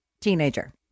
teenager